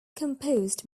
composed